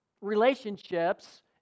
relationships